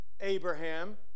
Abraham